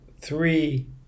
three